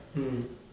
mm